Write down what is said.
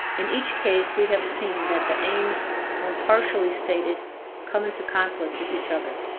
in each case we have seen that the aims when partially stated come into conflict with each other.